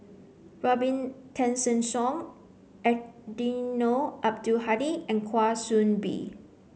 Robin Tessensohn Eddino Abdul Hadi and Kwa Soon Bee